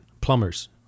plumbers